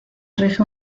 rige